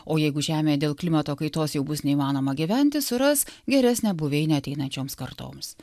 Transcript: o jeigu žemėj dėl klimato kaitos jau bus neįmanoma gyventi suras geresnę buveinę ateinančioms kartoms